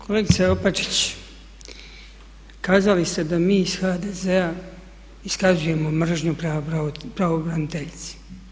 Kolegice Opačić, kazali ste da mi iz HDZ-a iskazujemo mržnju prema pravobraniteljici.